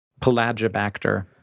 pelagibacter